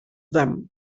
them